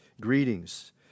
Greetings